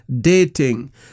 dating